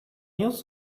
meals